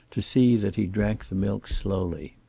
to see that he drank the milk slowly.